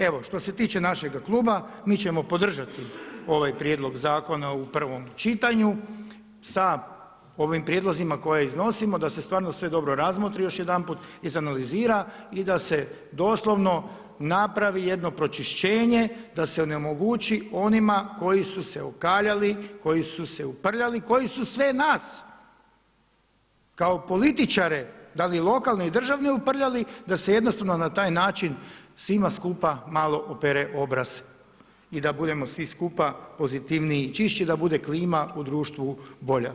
Evo, što se tiče našega kluba mi ćemo podržati ovaj prijedlog zakona u 1. čitanju sa ovim prijedlozima koje iznosimo da se stvarno sve dobro razmotri još jedanput, izanalizira i da se doslovno napravi jedno pročišćenje da se onemogući onima koji su se okaljali, koji su se uprljali, koji su sve nas kao političare, da li lokalne i državne uprljali da se jednostavno na taj način svima skupa malo opere obraz i da budemo svi skupa pozitivniji i čišći i da bude klima u društvu bolja.